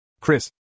Chris